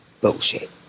bullshit